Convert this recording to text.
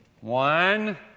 one